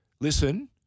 listen